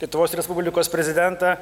lietuvos respublikos prezidentą